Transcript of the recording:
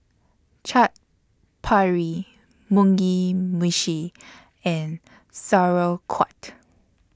Chaat Papri Mugi Meshi and Sauerkraut